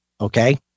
Okay